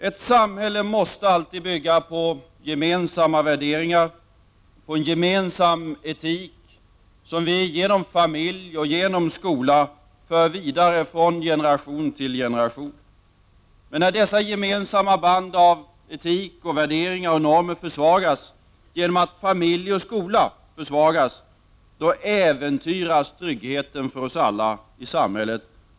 Ett samhälle måste alltid bygga på gemensamma värderingar och på en gemensam etik som vi genom familj och skola för vidare från generation till generation. Men när dessa gemensamma band av etik, värderingar och normer försvagas genom att familjer och skola försvagas, äventyras tryggheten för oss alla i samhället.